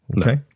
okay